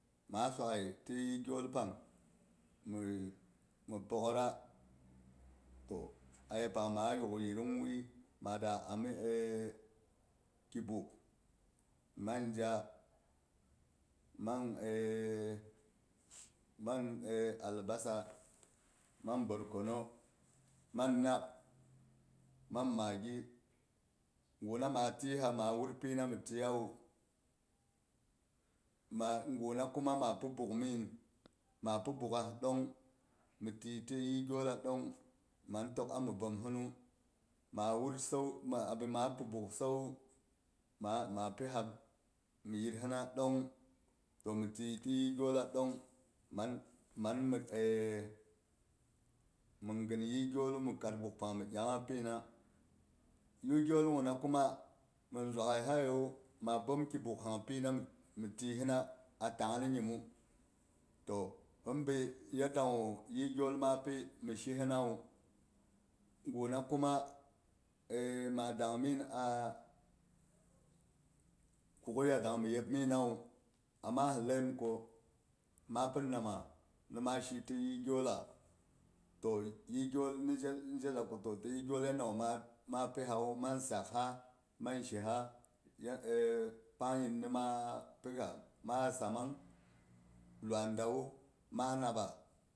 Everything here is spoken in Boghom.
Maa a swaghai ti yi gyol pang mhi pohaada to a yepang maa yugh yidung wuyi ma da ami ki buk, manje, mang mang albasa, man borkono man nnak, man maggi, gu na ma tiyi sa ma wurpina mhi tiyiwu ma guna kuma ma pi buug ma pi buugha ɗong mhi tiyi ti yih gyolla ɗong man tokami bom sinu ma wut sau ma abi ma pi buugh sauwu ma ma pisa mi yit sina ɗong to mhi tiyi ti yiygyolla ɗong man man mi mhin ghin yih gyollu man mhi kat buugh pang mhi yaang pina yih gyoll guh na kuma mhn zuwaigh ha yewu ma bom ki buugh pang pina mhi tiyi hina a tangab nyimmu to him bi yadda guh yih gyol ma pi mhi shi hinawu. Guna kuma ma dangmin a kughyiya dang mi yipmema wu ama hi laiyim ko ma pin nama mhi ma shi ti yih gyolla. To yih gyol ni je a ko yanda gu ma pisau mang sak ha mang shi ha ya pang yin ni ma piga, ma a sammang luwai da wu na nabba